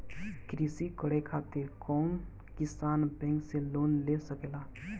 कृषी करे खातिर कउन किसान बैंक से लोन ले सकेला?